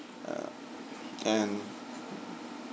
uh and